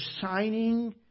signing